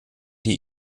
die